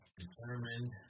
determined